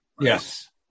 Yes